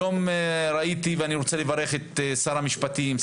היום ראיתי ואני רוצה לברך את שר המשפטים,